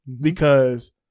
because-